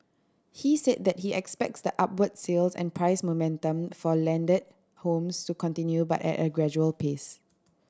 he said that he expects the upward sales and price momentum for landed homes to continue but at a gradual pace